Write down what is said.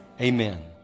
amen